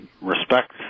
respect